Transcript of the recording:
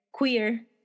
queer